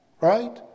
Right